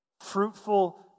fruitful